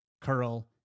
curl